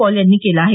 Paul यांनी केलं आहे